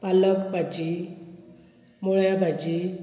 पालक भाजी मुळ्या भाजी